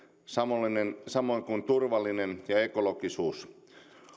samoin kuin turvallisuus ja ekologisuus